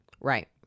Right